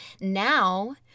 now